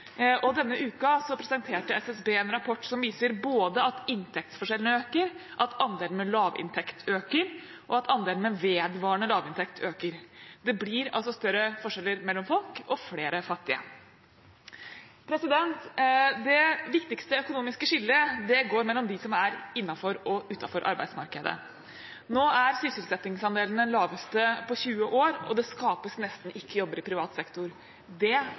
Denne uken presenterte SSB en rapport som viser både at inntektsforskjellene øker, at andelen med lavinntekt øker, og at andelen med vedvarende lavinntekt øker. Det blir altså større forskjeller mellom folk og flere fattige. Det viktigste økonomiske skillet går mellom dem som er innenfor og dem som er utenfor arbeidsmarkedet. Nå er sysselsettingsandelen den laveste på 20 år, og det skapes nesten ikke jobber i privat sektor. Det